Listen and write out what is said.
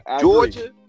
Georgia